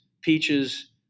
peaches